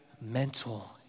mental